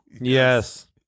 Yes